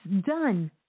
done